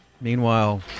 Meanwhile